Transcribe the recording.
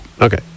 Okay